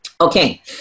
Okay